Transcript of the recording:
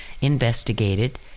investigated